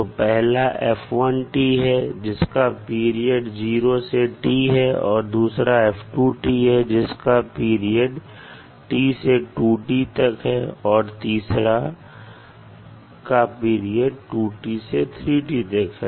तो पहला है जिसका पीरियड 0 से t है और दूसरा है जिसका पीरियड t से 2t तक है और तीसरे का पीरियड 2t से 3t तक है